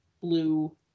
blue